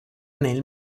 nel